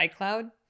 iCloud